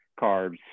carbs